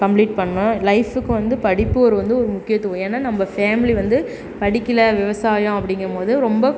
complete பண்ணிணோம் லைஃபுக்கு வந்து படிப்பு ஒரு வந்து ஒரு முக்கியத்துவம் ஏன்னா நம்ம ஃபேமிலி வந்து படிக்கல விவசாயம் அப்படிங்கும்போது ரொம்ப